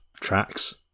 tracks